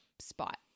spot